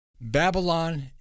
Babylon